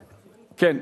כן.